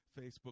Facebook